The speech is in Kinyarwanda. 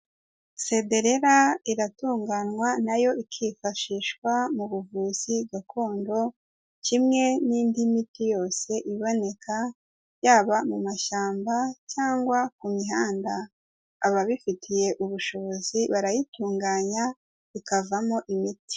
Cederera iratunganywa nayo ikifashishwa mu buvuzi gakondo kimwe n'indi miti yose iboneka yaba mu mashyamba cyangwa ku mihanda, ababifitiye ubushobozi barayitunganya ikavamo imiti.